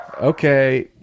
Okay